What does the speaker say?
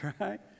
right